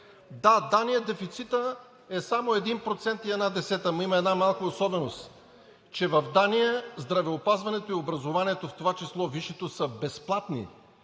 Да, в Дания – дефицитът е само 1,1%, но има една малка особеност, че в Дания здравеопазването и образованието, в това число висшето, са безплатни,